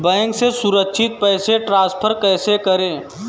Bank से सुरक्षित पैसे ट्रांसफर कैसे करें?